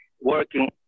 working